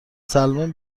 سلمان